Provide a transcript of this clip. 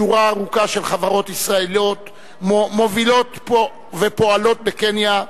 שורה ארוכה של חברות ישראליות מובילות ופועלות בקניה,